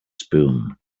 spume